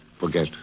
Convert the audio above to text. Forget